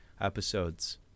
episodes